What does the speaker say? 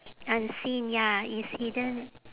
unseen ya it's hidden